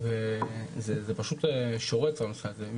וזה פשוט שורץ הנושא הזה.